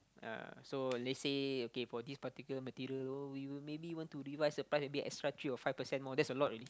uh so let's say okay for this particular material oh we will maybe want to revise the price a bit extra three or five percent more that's a lot already